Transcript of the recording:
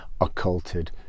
occulted